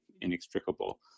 inextricable